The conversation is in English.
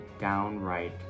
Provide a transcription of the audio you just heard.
downright